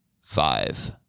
five